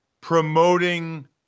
promoting